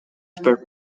were